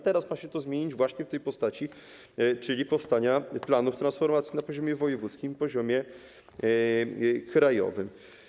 Teraz ma się to zmienić właśnie w tej postaci - powstania planów transformacji na poziomie wojewódzkim i poziomie krajowym.